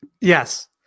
Yes